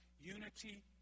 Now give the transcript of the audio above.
Unity